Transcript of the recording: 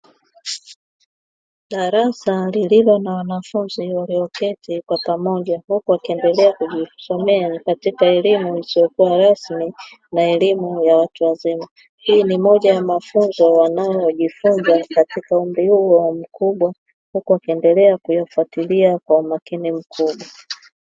Darasa lililo na wanafunzi walioketi kwa pamoja huku wakiendelea kujisomea katika elimu isiyo rasmi na elimu ya watu wazima, hii ni moja ya mafunzo wanayojifunza katika umri huo mkubwa huku wakiendelea kuyafatilia kwa umakini mzuri.